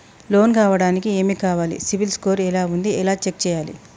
Loan కావడానికి ఏమి కావాలి సిబిల్ స్కోర్ ఎలా ఉంది ఎలా చెక్ చేయాలి?